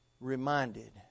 reminded